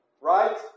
right